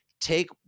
take